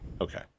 Okay